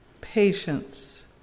patience